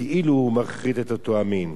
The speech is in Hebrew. כאילו יכרית המין ההוא".